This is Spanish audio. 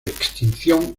extinción